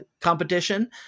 competition